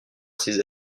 ses